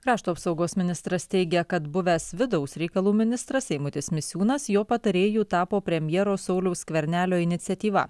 krašto apsaugos ministras teigia kad buvęs vidaus reikalų ministras eimutis misiūnas jo patarėju tapo premjero sauliaus skvernelio iniciatyva